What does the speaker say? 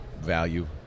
value